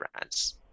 brands